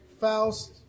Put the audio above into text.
Faust